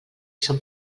són